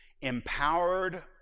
empowered